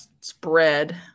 spread